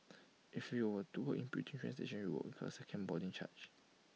if you were to walk you would incur A second boarding charge